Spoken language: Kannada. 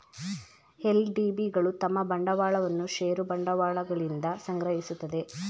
ಎಲ್.ಡಿ.ಬಿ ಗಳು ತಮ್ಮ ಬಂಡವಾಳವನ್ನು ಷೇರು ಬಂಡವಾಳಗಳಿಂದ ಸಂಗ್ರಹಿಸುತ್ತದೆ